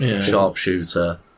sharpshooter